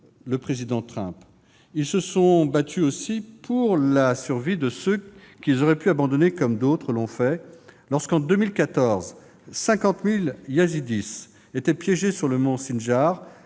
le président Trump. Ils se sont battus aussi pour la survie de ceux qu'ils auraient pu abandonner, comme d'autres l'ont fait. Lorsque, en 2014, 50 000 Yézidis se sont trouvés piégés sur le mont Sinjar